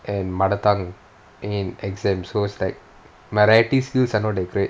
and mother tongue in exams so it's like my writing skills are not that great